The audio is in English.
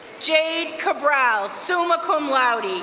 jade kabral, summa cum laude,